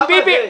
מה זה?